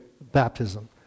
baptism